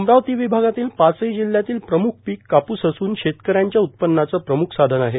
अमरावती विभागातील पाचही जिल्ह्यातील प्रमुख पिक कापुस असून शेतकऱ्यांच्या उत्पन्नाचे प्रमुख साधन आहे